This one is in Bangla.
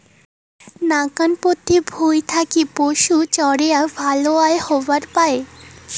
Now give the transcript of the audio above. নাকান পতিত ভুঁই থাকি পশুচরেয়া ভালে আয় হবার পায়